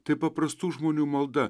tai paprastų žmonių malda